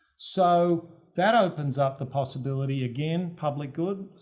so, that opens up the possibility. again, public good.